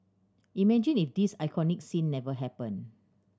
imagine if this iconic scene never happened